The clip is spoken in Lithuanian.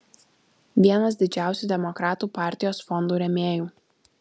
vienas didžiausių demokratų partijos fondų rėmėjų